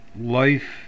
life